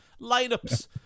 Lineups